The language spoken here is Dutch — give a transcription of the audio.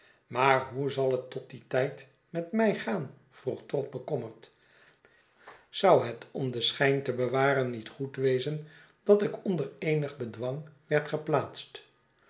maar hoe zal het tot dien tijd met mij gaan vroeg trott bekommerd zou het om den schijn te bewaren niet goed wezen dat ik onder eenig bedwang werd geplaatst